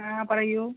ആ പറയൂ